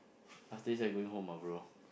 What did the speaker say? after this I'm going home lah bro